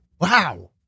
Wow